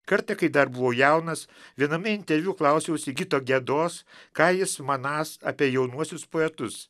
kartą kai dar buvo jaunas viename interviu klausiau sigito gedos ką jis manąs apie jaunuosius poetus